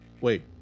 wait